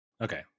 Okay